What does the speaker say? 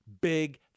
big